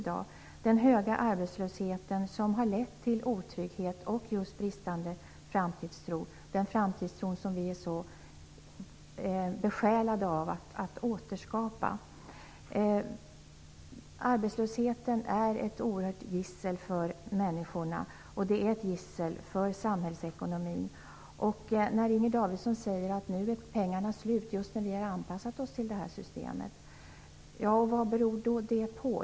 Den höga arbetslösheten har lett till otrygghet och just bristande framtidstro, den framtidstro som vi är så besjälade av att återskapa. Arbetslösheten är ett oerhört gissel för människorna och för samhällsekonomin. Inger Davidson sade att pengarna nu är slut just när vi har anpassat oss till det här systemet. Vad beror då det på?